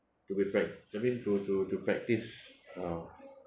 do be prac~ I mean to to to practice uh